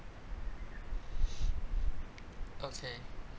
okay